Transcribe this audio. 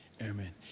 Amen